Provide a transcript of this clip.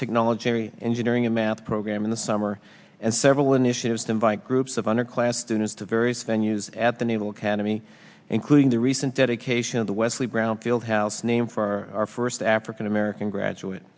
technology engineering and math program in the summer and several initiatives done by groups of underclass students to various venues at the naval academy including the recent dedicate the wesley brownfield house name for our first african american graduate